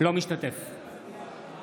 אינו משתתף בהצבעה